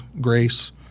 grace